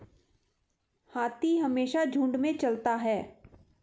हाथी हमेशा झुंड में चलता है